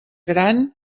gran